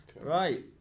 Right